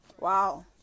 wow